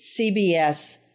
CBS